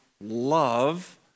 love